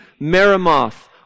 Merimoth